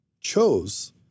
chose